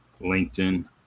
LinkedIn